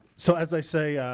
so as i say,